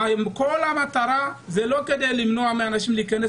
האם כל המטרה היא לא כדי למנוע מאנשים להיכנס